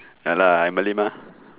ya lah I malay mah